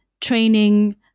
training